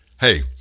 Hey